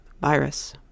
virus